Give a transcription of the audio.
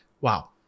wow